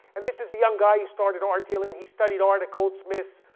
and this is a young guy who started art dealing. he studied art at goldsmith's.